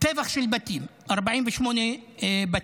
טבח של בתים, 48 בתים,